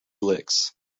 licks